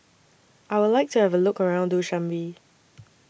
I Would like to Have A Look around Dushanbe